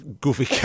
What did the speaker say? goofy